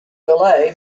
delay